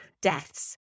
deaths